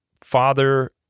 Father